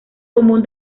común